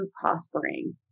prospering